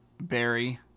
Barry